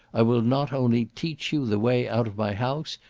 i will not only teach you the way out of my house,